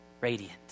radiant